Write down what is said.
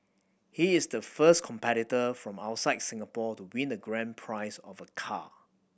he is the first competitor from outside Singapore to win the grand prize of a car